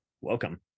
welcome